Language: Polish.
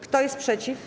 Kto jest przeciw?